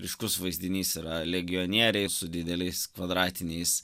ryškus vaizdinys yra legionieriai su dideliais kvadratiniais